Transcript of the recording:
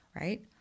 right